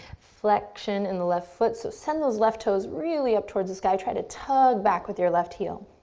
flexion in the left foot. so send those left toes really up towards the sky. try to tug back with your left heel,